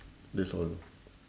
that's all